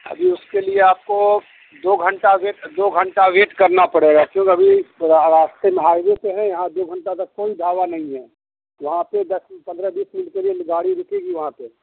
ابھی اس کے لیے آپ کو دو گھنٹہ ویٹ دو گھنٹہ ویٹ کرنا پڑے گا کیونکہ ابھی راستے میں ہائی وے پہ ہیں یہاں دو گھنٹہ تک کوئی ڈھابہ نہیں ہے وہاں پہ دس پندرہ بیس منٹ کے لیے گاڑی رکے گی وہاں پہ